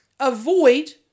Avoid